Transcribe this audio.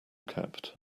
kept